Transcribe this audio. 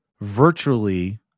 virtually